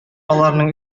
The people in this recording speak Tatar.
аларның